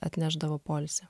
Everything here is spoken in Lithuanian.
atnešdavo poilsio